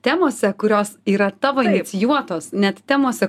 temose kurios yra tavo inicijuotos net temose